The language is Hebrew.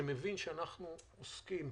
שמבין שאנחנו עוסקים